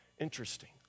Interesting